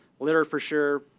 litter for sure.